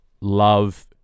love